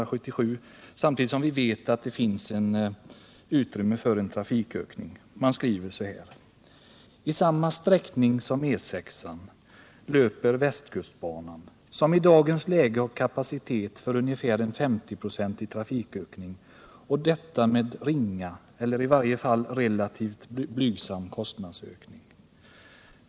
Jag vill här citera SJ-Nytt för den 23 september 1977: ”I samma sträckning som E-6:an löper Västkustbanan som i dagens läge har kapacitet för ungefär en 50-procentig trafikökning och detta med ringa, eller i varje fall relativt blygsam kostnadsökning.